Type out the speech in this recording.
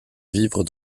vivre